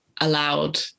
allowed